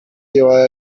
llevada